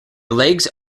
legs